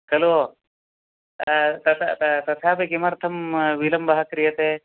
खलु तथा तत् तथापि किमर्थं विलम्बः क्रियते